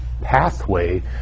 pathway